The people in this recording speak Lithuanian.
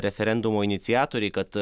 referendumo iniciatoriai kad